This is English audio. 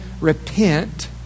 Repent